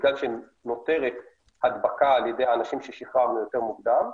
בגלל שנותרת הדבקה על ידי האנשים ששחררנו יותר מוקדם,